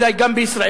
אולי גם בישראל,